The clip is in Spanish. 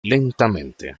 lentamente